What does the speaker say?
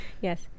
Yes